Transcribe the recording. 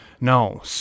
No